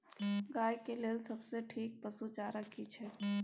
गाय के लेल सबसे ठीक पसु चारा की छै?